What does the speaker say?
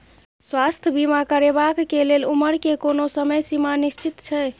स्वास्थ्य बीमा करेवाक के लेल उमर के कोनो समय सीमा निश्चित छै?